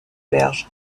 berges